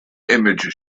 image